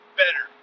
better